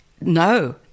no